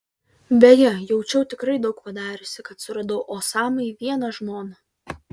beje jaučiau tikrai daug padariusi kad suradau osamai vieną žmoną